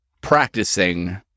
practicing